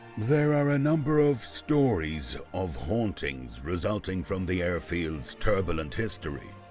there are a number of stories of hauntings, resulting from the airfield's turbulent history.